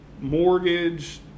mortgage